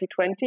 2020